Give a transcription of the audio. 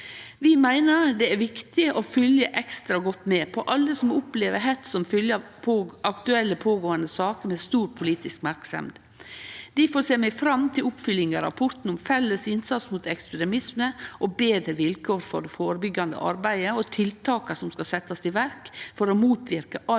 Vi meiner det er viktig å følgje ekstra godt med på alle som opplever hets som følgje av aktuelle, pågåande saker med stor politisk merksemd. Difor ser vi fram til oppfølginga av rapporten om felles innsats mot ekstremisme og betre vilkår for det førebyggjande arbeidet, og tiltaka som skal setjast i verk for å motverke all